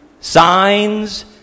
signs